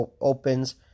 opens